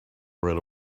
right